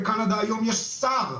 בקנדה היום יש שר,